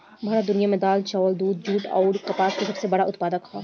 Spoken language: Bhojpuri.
भारत दुनिया में दाल चावल दूध जूट आउर कपास का सबसे बड़ा उत्पादक ह